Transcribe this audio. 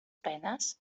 penes